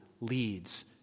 leads